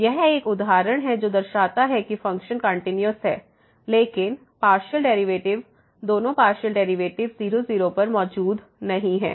तो यह एक उदाहरण है जो दर्शाता है कि फ़ंक्शन कंटिन्यूस है लेकिन पार्शियल डेरिवेटिव दोनों पार्शियल डेरिवेटिव 0 0 पर मौजूद नहीं हैं